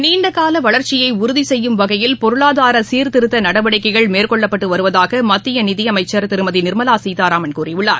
நீண்டகால வளர்ச்சியை உறுதி செய்யும் வகையில் பொருளாதார சீர்திருதத நடவடிக்கைகள் மேற்கொள்ளப்பட்டு வருவதாக மத்திய நிதி அமைச்சர் திருமதி நிர்மலா சீதராமன் கூறியுள்ளார்